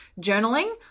journaling